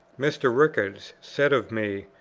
mr. rickards, said of me,